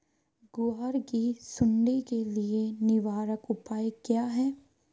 ग्वार की सुंडी के लिए निवारक उपाय क्या है?